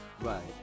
right